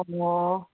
ꯑꯣ